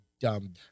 dumb